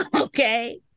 Okay